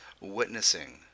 witnessing